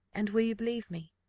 and will you believe me?